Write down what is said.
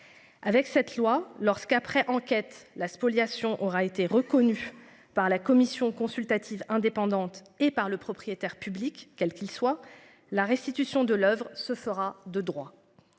Avec cette loi lorsqu'après enquête, la spoliation aura été reconnu par la commission consultative indépendante et par le propriétaire public quel qu'il soit la restitution de l'oeuvre se fera de droit.